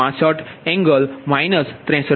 065 angle minus 63